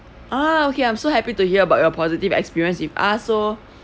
ah okay I'm so happy to hear about your positive experience with us so